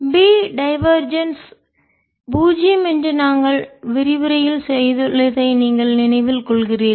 B divergence பூஜ்ஜியம் என்று நாங்கள் விரிவுரையில் செய்துள்ளதை நீங்கள் நினைவில் கொள்கிறீர்கள்